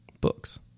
Books